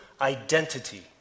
identity